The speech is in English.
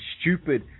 stupid